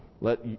Let